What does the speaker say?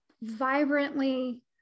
vibrantly